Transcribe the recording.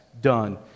done